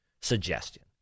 suggestion